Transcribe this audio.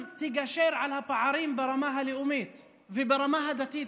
תגשר על הפערים גם ברמה הלאומית וגם ברמה הדתית,